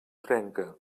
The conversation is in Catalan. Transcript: trenca